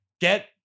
get